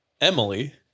Emily